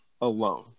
alone